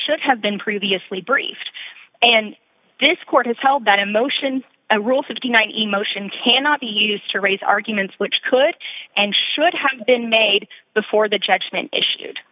should have been previously briefed and this court has held that emotion a rule fifty nine emotion cannot be used to raise arguments which could and should have been made before the judgment issued